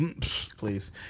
please